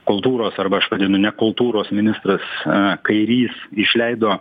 kultūros arba aš vadinu ne kultūros ministras kairys išleido